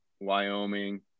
Wyoming